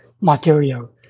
material